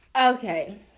Okay